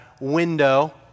window